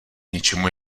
něčemu